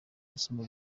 gusama